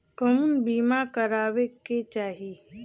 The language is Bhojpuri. कउन बीमा करावें के चाही?